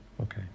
Okay